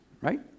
right